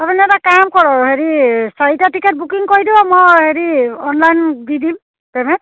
আপুনি এটা কাম কৰক হেৰি চাৰিটা টিকেট বুকিং কৰি দিওঁ মই হেৰি অনলাইন দি দিম পে'মেণ্ট